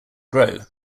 grow